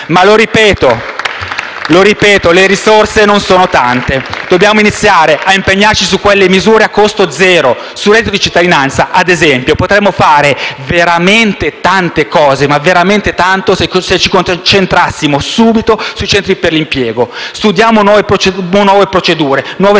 Lo ripeto: le risorse non sono tante. Dobbiamo iniziare ad impegnarci sulle misure a costo zero. Sul reddito di cittadinanza, ad esempio, potremmo fare veramente tante cose se ci concentrassimo subito sui centri per l'impiego. Studiamo nuove procedure, nuove strategie,